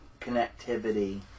connectivity